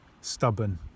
stubborn